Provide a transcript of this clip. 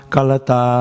Kalata